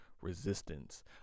resistance